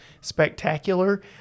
spectacular